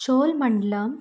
Cholamandalam